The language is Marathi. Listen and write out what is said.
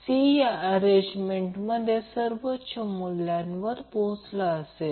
तर ते 3 ओपन 2 j 2 म्हणजे पॅरलल असेल